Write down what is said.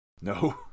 No